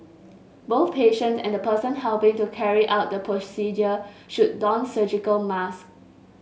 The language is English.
both patient and the person helping to carry out the procedure should don surgical masks